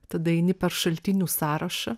tada eini per šaltinių sąrašą